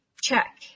check